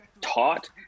taught